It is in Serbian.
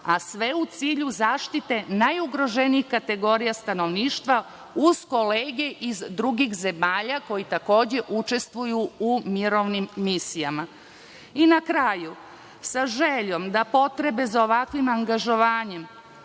a sve u cilju zaštite najugroženijih kategorija stanovništva, uz kolege iz drugih zemalja koji takođe učestvuju u mirovnim misijama. Na kraju, sa željom da potrebe za ovakvim angažovanjem